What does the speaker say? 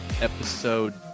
episode